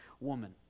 woman